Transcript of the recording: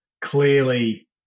clearly